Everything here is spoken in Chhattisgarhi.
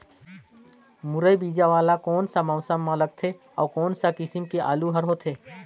मुरई बीजा वाला कोन सा मौसम म लगथे अउ कोन सा किसम के आलू हर होथे?